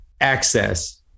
access—